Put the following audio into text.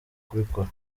kubikora